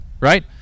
right